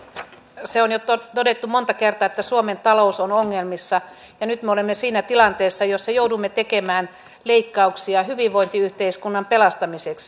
se on todettu jo monta kertaa että suomen talous on ongelmissa ja nyt me olemme siinä tilanteessa jossa joudumme tekemään leikkauksia hyvinvointiyhteiskunnan pelastamiseksi